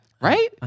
right